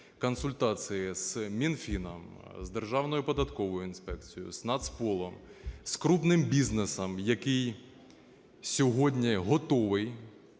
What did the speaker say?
консультації з Мінфіном, з Державною податковою інспекцією, з Нацполом, з крупним бізнесом, який сьогодні готовий